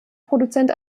produzent